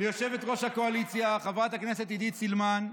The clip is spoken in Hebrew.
ליושבת-ראש הקואליציה חברת הכנסת עידית סילמן,